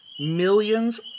millions